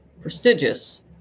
Prestigious